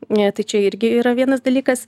ne tai čia irgi yra vienas dalykas